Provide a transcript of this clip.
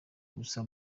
gusa